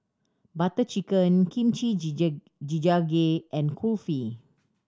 Butter Chicken Kimchi Jjigae and Kulfi